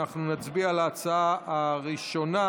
אנחנו נצביע על ההצעה הראשונה,